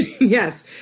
Yes